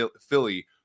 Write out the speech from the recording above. Philly